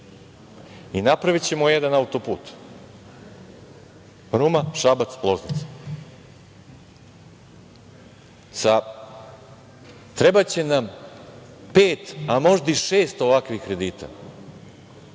Napravićemo jedan autoput Ruma-Šabac-Loznica. Trebaće nam pet, a možda i šest ovakvih kredita,